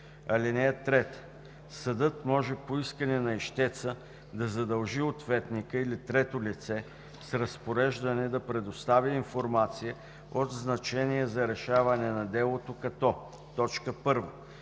ал. 3. (3) Съдът може по искане на ищеца да задължи ответника или трето лице с разпореждане да предостави информация от значение за решаване на делото като: 1.